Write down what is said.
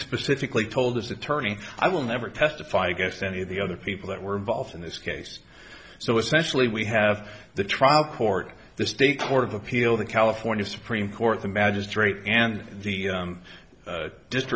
specifically told his attorney i will never testify against any of the other people that were involved in this case so essentially we have the trial court the state court of appeal the california supreme court the magistrate and the